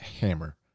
hammer